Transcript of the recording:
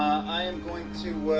i am going to